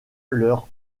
leur